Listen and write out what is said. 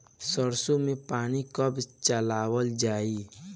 सरसो में पानी कब चलावल जाई?